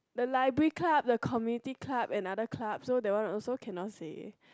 the library club the community club and other club so that one also cannot say